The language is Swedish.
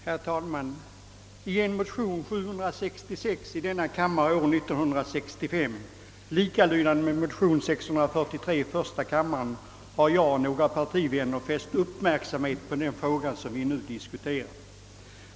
Herr talman! I motion 766 i denna kammare år 1965, likalydande med motion 643 i första kammaren, fäste jag och några partivänner uppmärksamheten på den fråga som vi nu diskuterar.